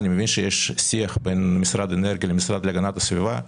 אני מבין שיש שיח בין משרד האנרגיה למשרד להגנת הסביבה.